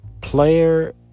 player